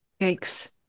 Yikes